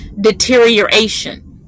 deterioration